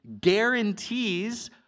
guarantees